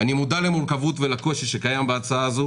אני מודע למורכבות ולקושי שקיים בהצעה הזאת